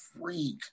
freak